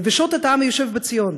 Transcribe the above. מביישות את העם היושב בציון,